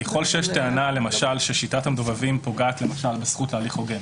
ככל שיש טענה למשל ששיטת המדובבים פוגעת בזכות הליך הוגן,